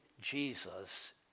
Jesus